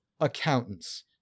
accountants